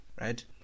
Right